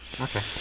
Okay